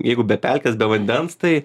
jeigu be pelkės be vandens tai